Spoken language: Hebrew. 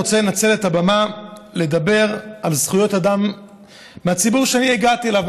רוצה לנצל את הבמה כדי לדבר על זכויות אדם בציבור שאני הגעתי אליו,